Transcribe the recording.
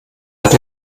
hat